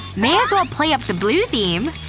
may as well play up the blue theme!